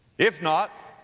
if not,